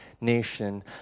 nation